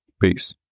Peace